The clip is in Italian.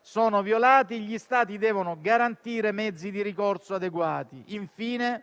sono violati, gli Stati devono garantire mezzi di ricorso adeguati. Infine,